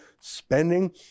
spending